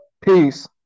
Peace